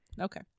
Okay